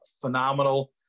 phenomenal